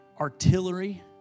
artillery